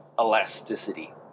elasticity